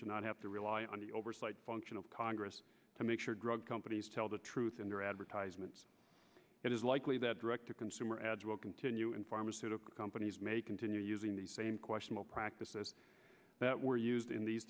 should not have to rely on the oversight function of congress to make sure drug companies tell the truth in their advertisements it is likely that direct to consumer ads will continue and pharmaceutical companies may continue using the same question practices that were used in these